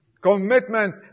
Commitment